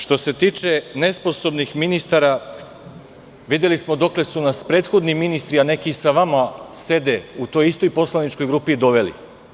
Što se tiče nesposobnih ministara, videli smo dokle su nas prethodni ministri, a neki i sa vama sede u toj istoj poslaničkoj grupi, doveli.